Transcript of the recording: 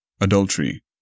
Adultery